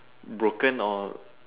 broken or